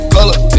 Color